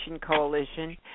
Coalition